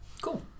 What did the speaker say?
Cool